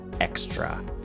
extra